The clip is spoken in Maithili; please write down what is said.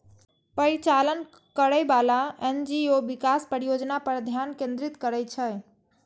परिचालन करैबला एन.जी.ओ विकास परियोजना पर ध्यान केंद्रित करै छै